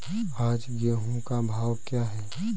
आज गेहूँ का भाव क्या है?